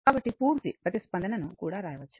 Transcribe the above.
కాబట్టి పూర్తి ప్రతిస్పందనను కూడా వ్రాయవచ్చు